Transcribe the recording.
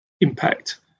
impact